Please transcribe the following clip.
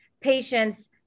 patients